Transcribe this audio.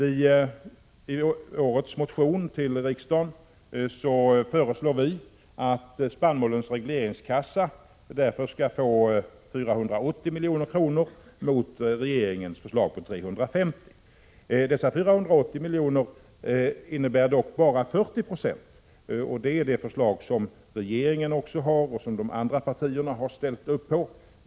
I årets motion till riksdagen föreslår vi att spannmålens regleringskassa därför skall få 480 milj. 13 bara 40 90 kostnadstäckning, och det är det förslag som också regeringen har och som de andra partierna har ställt upp på.